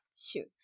shoot